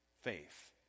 faith